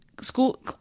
School